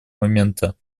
момента